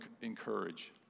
encourage